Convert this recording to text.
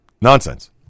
Nonsense